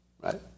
Right